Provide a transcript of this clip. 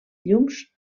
llums